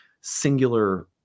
singular